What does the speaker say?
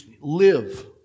live